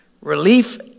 relief